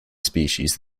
species